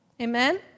Amen